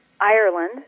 Ireland